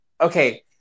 Okay